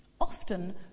Often